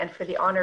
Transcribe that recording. עם תומכי טרור,